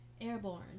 airborne